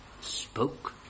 spoke